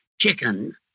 chicken